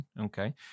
Okay